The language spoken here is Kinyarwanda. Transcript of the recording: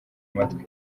matwi